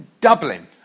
Dublin